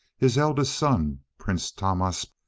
his eldest son, prince tahmasp,